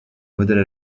modèle